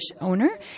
owner